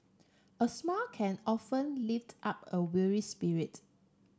a smile can often lift up a weary spirit